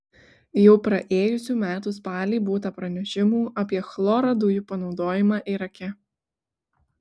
jau praėjusių metų spalį būta pranešimų apie chloro dujų panaudojimą irake